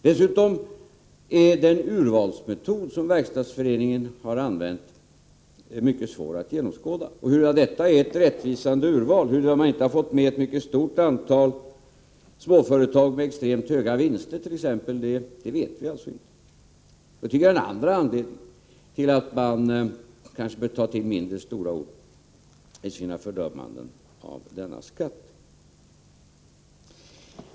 Dessutom är den urvalsmetod som Verkstadsföreningen använt svår att genomskåda. Huruvida urvalet är rättvisande och man inte fått med ett stort antal småföretag med extremt höga vinster, det vet vi inte. Detta tycker jag är den andra anledningen till att man kanske bör använda mindre stora ord i sina fördömanden av denna skatt.